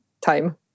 time